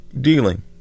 dealing